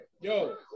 Yo